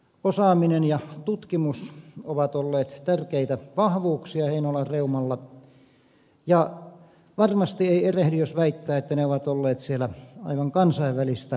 osaaminen ja tutkimus ovat olleet tärkeitä vahvuuksia heinolan reumalla ja varmasti ei erehdy jos väittää että ne ovat olleet siellä aivan kansainvälistä kärkiluokkaa